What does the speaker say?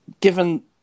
Given